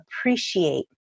appreciate